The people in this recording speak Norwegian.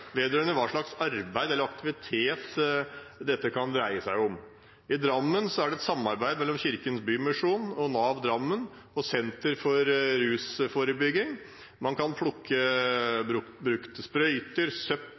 vedrørende hva slags arbeid eller aktivitet dette kan dreie seg om. I Drammen er det et samarbeid mellom Kirkens Bymisjon, Nav Drammen og Senter for rusforebygging. Man kan plukke brukte sprøyter